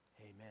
amen